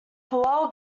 powell